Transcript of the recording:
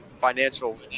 financial